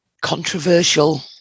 controversial